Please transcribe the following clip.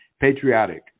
patriotic